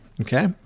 okay